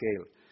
scale